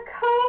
code